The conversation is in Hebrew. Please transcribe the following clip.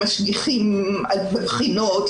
למשגיחים על בחינות,